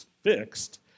fixed